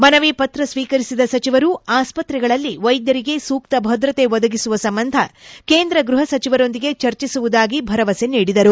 ಮನವಿ ಪತ್ರ ಸ್ವೀಕರಿಸಿದ ಸಚಿವರು ಆಸ್ಪತ್ರೆಗಳಲ್ಲಿ ವೈದ್ಯರಿಗೆ ಸೂಕ್ತ ಭದ್ರತೆ ಒದಗಿಸುವ ಸಂಬಂಧ ಕೇಂದ್ರ ಗ್ಲಹಸಚಿವರೊಂದಿಗೆ ಚರ್ಚಿಸುವುದಾಗಿ ಭರವಸೆ ನೀಡಿದರು